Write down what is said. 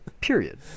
period